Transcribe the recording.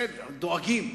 דואגים,